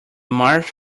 marsh